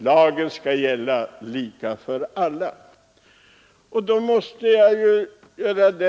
Lagen skall gälla lika för alla.